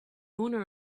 owner